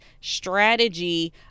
Strategy